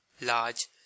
large